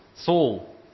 Saul